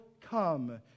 come